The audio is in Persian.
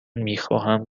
میخواهم